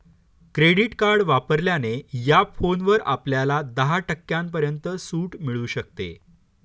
credit card वापरल्याने या फोनवर आपल्याला दहा टक्क्यांपर्यंत सूट मिळू शकते